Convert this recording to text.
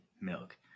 Milk